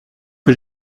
que